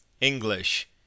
English